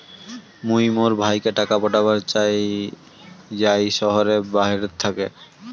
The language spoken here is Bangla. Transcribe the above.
মুই মোর ভাইকে টাকা পাঠাবার চাই য়ায় শহরের বাহেরাত থাকি